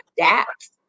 adapt